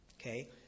okay